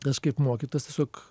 aš kaip mokytojas tiesiog